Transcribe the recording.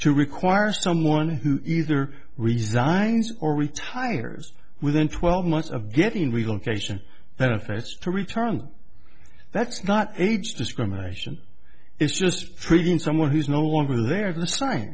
to require someone who either resigns or retires within twelve months of getting realization that a face to return that's not age discrimination is just treating someone who's no longer there that's fine